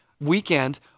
weekend